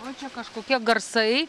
o čia kažkokie garsai